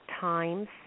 Times